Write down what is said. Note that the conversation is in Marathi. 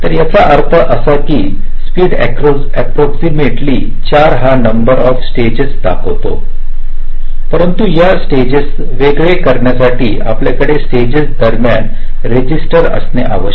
तर याचा अर्थ असा की स्पीड अप्रॉक्सीमेटली चार हा नंबर ऑफ स्टेजेस दाखवतो परंतु या स्टेजेसना वेगळे करण्यासाठी आपल्याकडे स्टेजेस दरम्यान रजिस्टर असणे आवश्यक